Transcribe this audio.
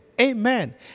Amen